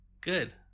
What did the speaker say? Good